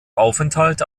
aufenthalt